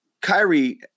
Kyrie